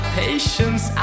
patience